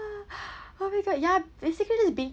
oh my god ya basically just being